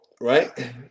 right